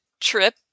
trip